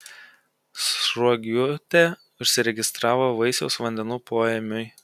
sruogiūtė užsiregistravo vaisiaus vandenų poėmiui